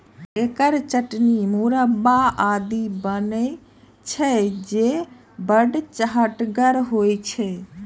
एकर चटनी, मुरब्बा आदि बनै छै, जे बड़ चहटगर होइ छै